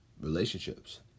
Relationships